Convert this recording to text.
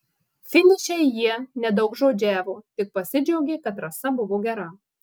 finiše jie nedaugžodžiavo tik pasidžiaugė kad trasa buvo gera